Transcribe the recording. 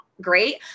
great